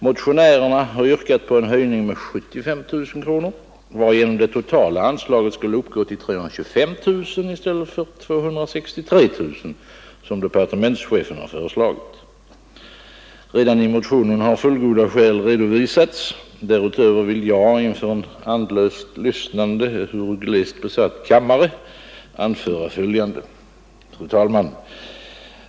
Motionärerna har yrkat på en höjning med 75 000 kronor, varigenom det totala anslaget skulle uppgå till 325 000 i stället för 263 000 som departementschefen har föreslagit. Redan i motionen har fullgoda skäl redovisats. Därutöver vill jag inför en andlöst lyssnande ehuru glest besatt kammare anföra följande. Fru talman!